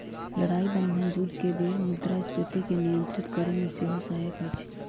लड़ाइ बन्धन जुद्ध के बेर मुद्रास्फीति के नियंत्रित करेमे सेहो सहायक होइ छइ